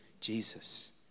Jesus